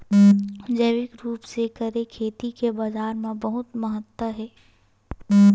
जैविक रूप से करे खेती के बाजार मा बहुत महत्ता हे